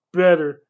better